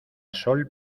sol